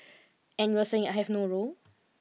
and you are saying I have no role